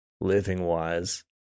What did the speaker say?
living-wise